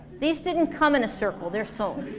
these didn't come in a circle, they're sewn